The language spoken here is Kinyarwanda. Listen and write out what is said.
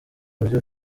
buryo